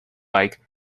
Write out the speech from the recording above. like